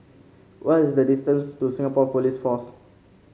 what is the distance to Singapore Police Force